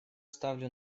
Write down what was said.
ставлю